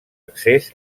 accés